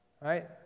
Right